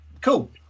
cool